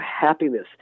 happiness